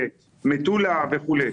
מטולה וכו'.